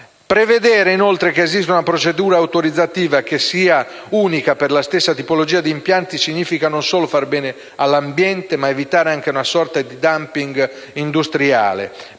Prevedere, inoltre, che esista una procedura autorizzativa, che sia unica per la stessa tipologia di impianti, significa non solo far bene all'ambiente, ma evitare anche una sorta di *dumping* industriale,